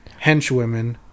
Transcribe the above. henchwomen